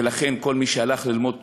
ולכן כל מי שהלך ללמוד תורה,